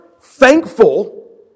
thankful